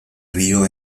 río